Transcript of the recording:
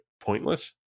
pointless